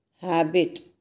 Habit